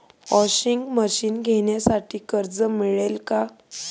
Washing machine घेण्यासाठी कर्ज मिळेल का?